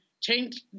change